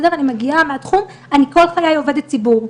אני מגיעה מהתחום וכל חיי אני עובדת ציבור.